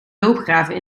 loopgraven